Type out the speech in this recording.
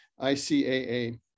ICAA